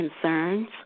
concerns